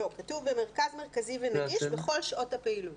כתוב: "במרכז מרכזי ונגיש בכל שעות הפעילות".